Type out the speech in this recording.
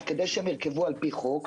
כדי שהם ירכבו על-פי חוק,